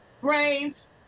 Brains